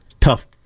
Tough